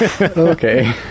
Okay